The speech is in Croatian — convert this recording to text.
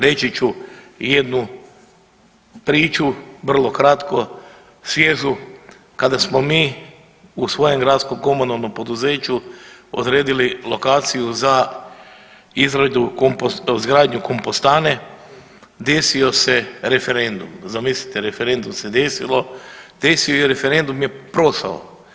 Reći ću i jednu priču, vrlo kratko, svježu, kada smo mi u svojem gradskom komunalnom poduzeću odredili lokaciju za izgranju kompostane, desio se referendum, zamislite, referendum se desilo, desio i referendum je prošao.